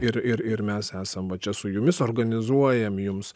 ir ir ir mes esam va čia su jumis organizuojam jums